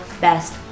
best